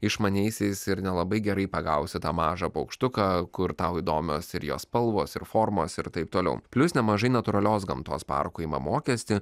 išmaniaisiais ir nelabai gerai pagausi tą mažą paukštuką kur tau įdomios ir jo spalvos ir formos ir taip toliau plius nemažai natūralios gamtos parkų ima mokestį